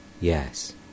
Yes